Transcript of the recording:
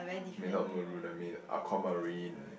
may not maroon I mean I called marine